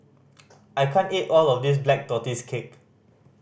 I can't eat all of this Black Tortoise Cake